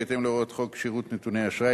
בהתאם להוראות חוק שירות נתוני אשראי,